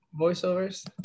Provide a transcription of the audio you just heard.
voiceovers